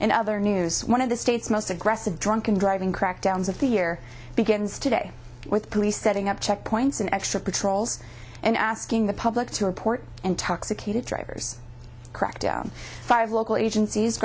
in other news one of the state's most aggressive drunken driving crackdowns of the year begins today with police setting up checkpoints and extra patrols and asking the public to report intoxicated drivers crackdown five local agencies